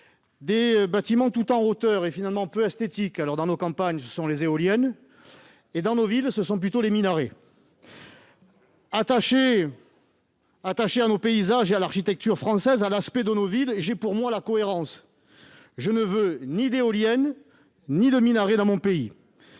Ils sont tout en hauteur et peu esthétiques. Dans nos campagnes, ce sont des éoliennes ; dans nos villes, ce sont des minarets. Attaché à nos paysages, à l'architecture française et à l'aspect de nos villes, j'ai pour moi la cohérence. Je ne veux ni d'éoliennes ni de minarets dans mon pays.